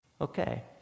Okay